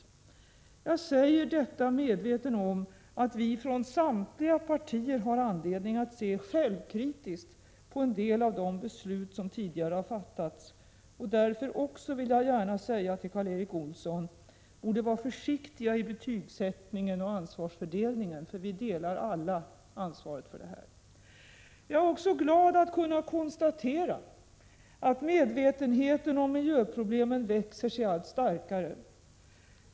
Jag säger detta medveten om att vi från samtliga partier har anledning att se självkritiskt på en del av de beslut som tidigare fattats. Därför vill jag också gärna säga till Karl Erik Olsson: Ni borde vara försiktiga vid betygsättningen och ansvarsfördelningen, för vi delar alla ansvaret. Jag är också glad att kunna konstatera att medvetenheten om miljöproblemen växer sig allt starkare.